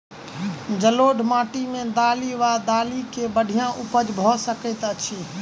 जलोढ़ माटि मे दालि वा दालि केँ बढ़िया उपज भऽ सकैत अछि की?